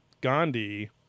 Gandhi